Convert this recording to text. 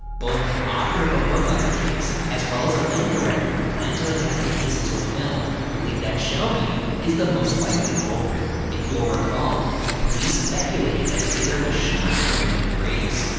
both an author of a book on the case, as well as a film director who planned to adapt the case into a film believed that shelby is the most likely culprit. if you'll recall, police speculated that taylor was shot during an embrace.